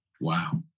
Wow